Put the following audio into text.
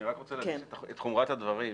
רוצה לעמוד על חומרת הדברים.